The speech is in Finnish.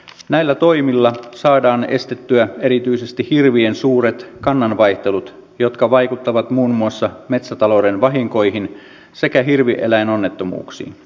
näillä toimilla saadaan estettyä erityisesti hirvien suuret kannanvaihtelut jotka vaikuttavat muun muassa metsätalouden vahinkoihin sekä hirvieläinonnettomuuksiin